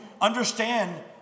understand